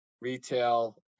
retail